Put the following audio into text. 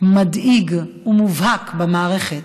מדאיג ומובהק במערכת,